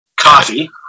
Coffee